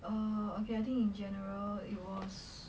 err okay I think in general it was